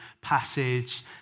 passage